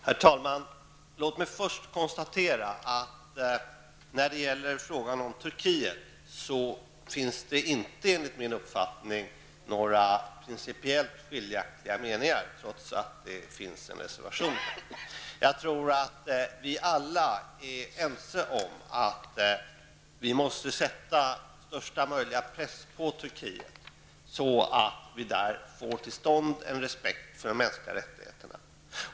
Herr talman! Låt mig först konstatera att det när det gäller frågan om Turkiet enligt min uppfattning inte finns några principiellt skiljaktiga meningar, trots att det föreligger en reservation. Jag tror att vi alla är ense om att vi måste sätta största möjliga press på Turkiet, så att vi där får till stånd respekt för de mänskliga rättigheterna.